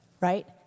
Right